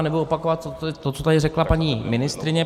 Nebudu opakovat to, co tady řekla paní ministryně.